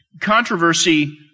controversy